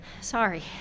Sorry